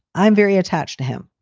i'm very attached to him.